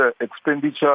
expenditure